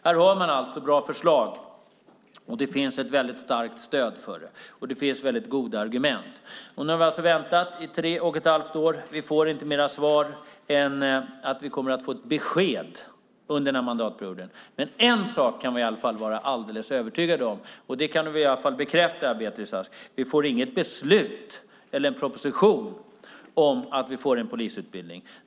Här har vi bra förslag som det finns ett väldigt starkt stöd och väldigt goda argument för. Nu har vi alltså väntat i tre och ett halvt år, och vi får inget annat svar än att vi kommer att få ett besked under den här mandatperioden. En sak kan vi dock vara alldeles övertygade om, och det kan du väl i alla fall bekräfta, Beatrice Ask: Vi får inte något beslut eller någon proposition om en ny polisutbildning.